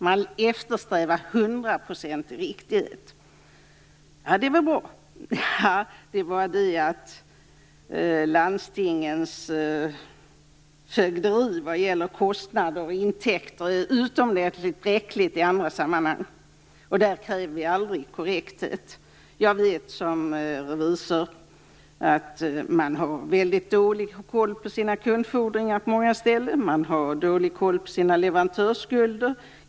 Man eftersträvar hundraprocentig riktighet, och det är väl bra. Men det är bara det att landstingens fögderi vad gäller kostnader och intäkter är utomordentligt bräckligt i andra sammanhang. Där krävs aldrig korrekthet. Som revisor vet jag att man har väldigt dålig koll på sina kundfordringar och leverantörsskulder på många ställen.